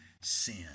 sin